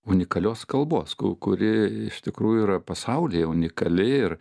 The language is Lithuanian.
unikalios kalbos kuri iš tikrųjų yra pasaulyje unikali ir